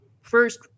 first